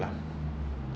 lah